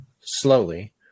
slowly